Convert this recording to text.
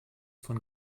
von